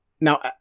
now